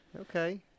Okay